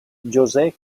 josé